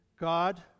God